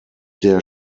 der